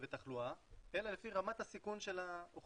ותחלואה אלא לפי רמת הסיכון של האוכלוסייה.